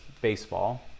baseball